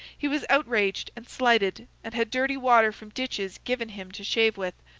he was outraged, and slighted, and had dirty water from ditches given him to shave with,